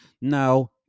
Now